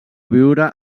viure